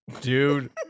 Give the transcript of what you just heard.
dude